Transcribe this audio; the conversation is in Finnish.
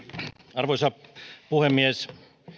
arvoisa puhemies